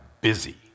busy